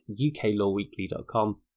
uklawweekly.com